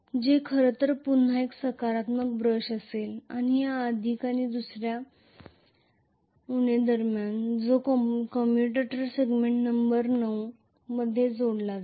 जे खरंतर पुन्हा एक सकारात्मक ब्रश असेल आणि या अधिक आणि दुसऱ्या उणे दरम्यान जो कम्युएटर सेगमेंट नंबर 9 मध्ये जोडला जाईल